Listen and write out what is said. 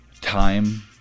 time